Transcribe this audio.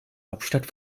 hauptstadt